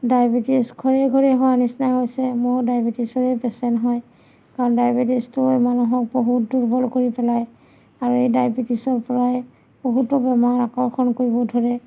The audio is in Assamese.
ডায়েবেটিছ ঘৰে ঘৰে হোৱাৰ নিচিনা হৈছে ময়ো ডায়েবেটিছৰে পেচেণ্ট হয় কাৰণ ডায়েবেটিছটো মানুহক বহুত দুৰ্বল কৰি পেলায় আৰু এই ডায়েবেটিছৰ পৰাই বহুতো বেমাৰ আকৰ্ষণ কৰিব ধৰে